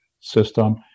system